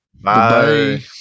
Bye